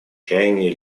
чаяния